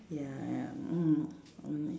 ya ya mm mm